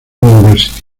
university